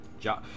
Ja